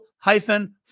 Hyphen